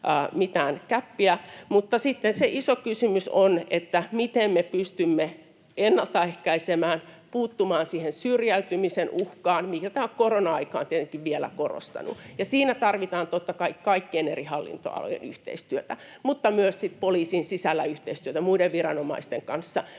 mitään gäppiä. Mutta sitten se iso kysymys on, miten me pystymme ennaltaehkäisemään, puuttumaan siihen syrjäytymisen uhkaan, mitä tämä korona-aika on tietenkin vielä korostanut, ja siinä tarvitaan totta kai kaikkien eri hallintoalojen yhteistyötä, mutta myös sitten poliisin sisällä yhteistyötä muiden viranomaisten kanssa